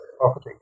property